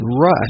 rush